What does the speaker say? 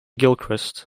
gilchrist